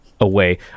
Away